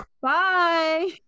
Bye